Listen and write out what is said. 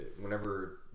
whenever